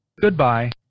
Goodbye